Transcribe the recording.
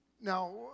Now